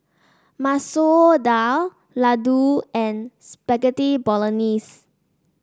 Masoor Dal Ladoo and Spaghetti Bolognese